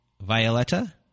Violetta